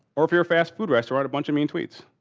or for your fast-food restaurant a bunch of mean tweets,